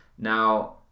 Now